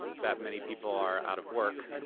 that many people are out of work.